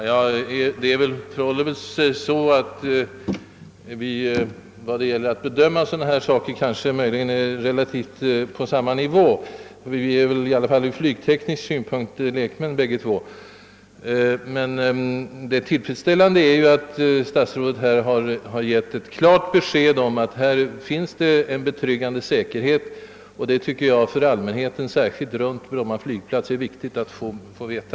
Herr talman! Det förhåller sig väl så, att herr statsrådet och jag, när det gäller att bedöma sådana här saker, befinner oss på ungefär samma nivå; vi är i alla fall, såvitt jag vet, ur flygteknisk synpunkt lekmän bägge två. Jag förstår därför om min följdfråga är svår att genast svara på. Det tillfredsställande är emellertid att statsrådet nu har givit ett klart besked om att det f. n. finns en betryggande säkerhet kring Bromma flygplats. För allmänheten, särskilt människorna i Bromma, är detta viktigt att få veta.